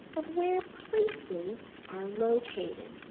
of where places are located.